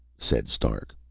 said stark,